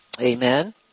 Amen